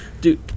Dude